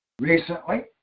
Recently